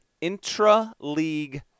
intra-league